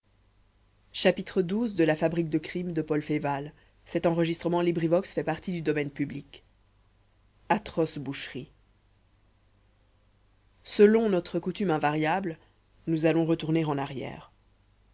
atroce boucherie selon notre coutume invariable nous allons retourner en arrière